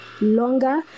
longer